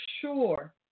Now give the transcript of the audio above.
sure